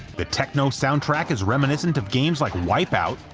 the techno soundtrack is reminiscent of games like wipeout,